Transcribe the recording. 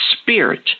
spirit